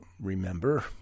remember